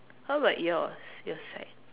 how about yours your side